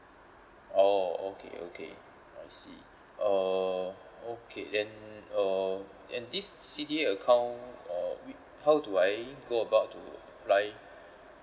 oh okay okay I see uh okay then uh and this C_D_A account uh wi~ how do I go about to apply